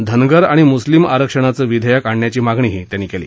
धनगर आणि मुस्लिम आरक्षणाचं विधेयक आणण्याची मागणीही त्यांनी केली